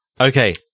Okay